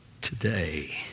today